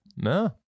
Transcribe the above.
no